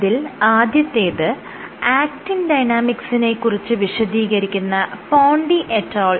അതിൽ ആദ്യത്തേത് ആക്റ്റിൻ ഡൈനാമിക്സിനെ കുറിച്ച് വിശദീകരിക്കുന്ന പോണ്ടി et al